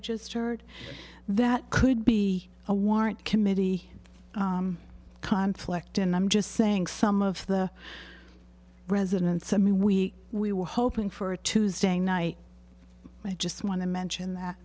just heard that could be a warrant committee conflict and i'm just saying some of the residents i mean we we were hoping for a tuesday night i just want to mention that